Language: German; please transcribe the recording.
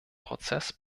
prozess